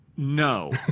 No